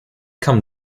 come